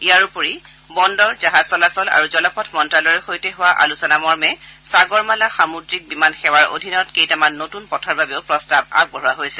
ইয়াৰ উপৰি বন্দৰ জাহাজ চলাচল আৰু জলপথ মন্ত্ৰালয়ৰ সৈতে হোৱা আলোচনা মৰ্মে সাগৰমালা সামূদ্ৰিক বিমান সেৱাৰ অধীনত কেইটামান নতুন পথৰ বাবেও প্ৰস্তাৱ আগবঢ়োৱা হৈছে